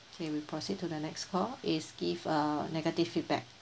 okay we proceed to the next call it's give a negative feedback